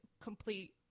complete